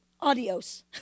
Adios